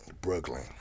Brooklyn